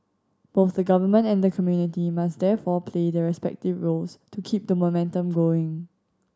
both the government and the community must therefore play their respective roles to keep the momentum going